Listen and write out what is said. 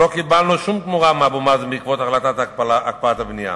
לא קיבלנו שום תמורה מאבו מאזן בעקבות החלטת הקפאת הבנייה.